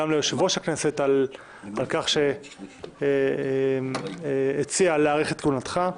גם ליושב-ראש הכנסת על כך שהציע להאריך את כהונתך.